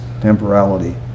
temporality